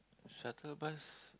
shuttle bus